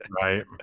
Right